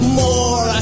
more